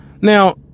Now